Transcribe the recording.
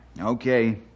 Okay